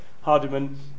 Hardiman